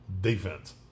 Defense